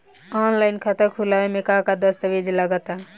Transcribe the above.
Online खाता खूलावे म का का दस्तावेज लगा ता?